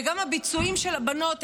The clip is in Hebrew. וגם בביצועים של הבנות,